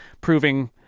proving